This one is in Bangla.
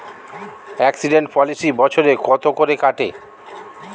এক্সিডেন্ট পলিসি বছরে কত করে কাটে?